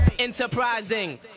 enterprising